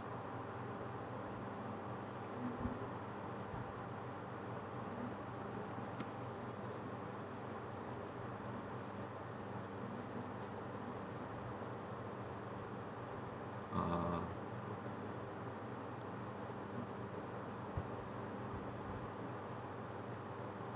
ah